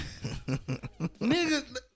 Nigga